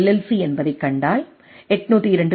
C என்பதைக் கண்டால் 802